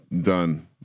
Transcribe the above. done